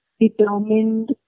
determined